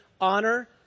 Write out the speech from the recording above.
honor